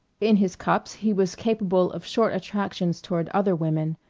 in his cups he was capable of short attractions toward other women,